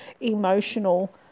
emotional